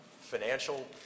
financial